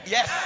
Yes